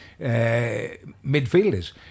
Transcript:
midfielders